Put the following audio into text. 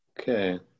okay